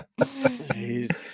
Jeez